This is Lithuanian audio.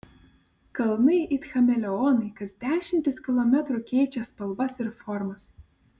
kalnai it chameleonai kas dešimtis kilometrų keičia spalvas ir formas